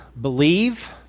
believe